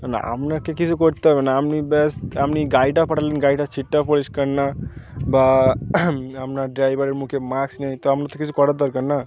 না আপনাকে কিছু করতে হবে না আপনি বেশ আপনি গাড়িটা পাঠালেন গাড়িটার সিটটা পরিষ্কার না বা আপনার ড্রাইভারের মুখে মাস্ক নেই তো আপনার তো কিছু করার দরকার না